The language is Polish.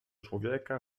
człowieka